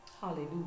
Hallelujah